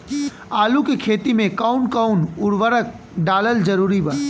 आलू के खेती मे कौन कौन उर्वरक डालल जरूरी बा?